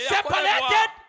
Separated